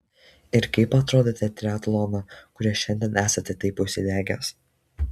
ir kaip atradote triatloną kuriuo šiandien esate taip užsidegęs